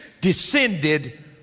descended